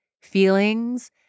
feelings